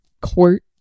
court